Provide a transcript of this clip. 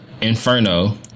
Inferno